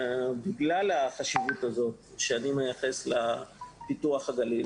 בגלל החשיבות שאני מייחס לפיתוח הגליל,